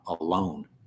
alone